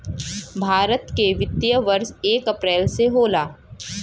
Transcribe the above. भारत के वित्तीय वर्ष एक अप्रैल से होला